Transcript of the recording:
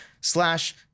slash